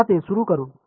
चला ते सुरू करू